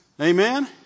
Amen